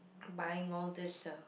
buying all these uh